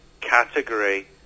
category